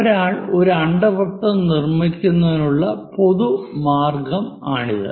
ഒരാൾ ഒരു അണ്ഡവൃത്തം നിർമ്മിക്കുന്നതിനുള്ള പൊതു മാർഗ്ഗമാണിത്